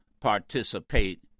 participate